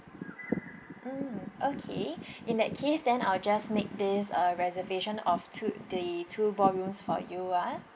mm okay in that case then I'll just make this a reservation of two the two ballrooms for you ah